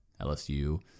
LSU